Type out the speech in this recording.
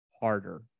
harder